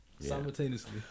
simultaneously